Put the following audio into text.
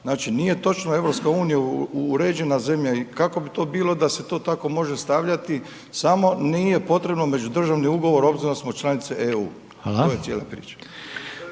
Znači nije točno, EU je uređena zemlja i kako bi to bilo da se to tako može stavljati samo nije potrebno međudržavni ugovor obzirom da smo članice EU. .../Upadica: